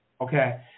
Okay